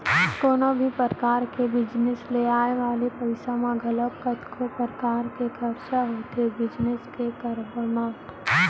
कोनो भी परकार के बिजनेस ले आय वाले पइसा ह घलौ कतको परकार ले खरचा होथे बिजनेस के करब म